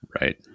Right